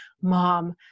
mom